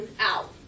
out